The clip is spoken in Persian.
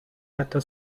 حتی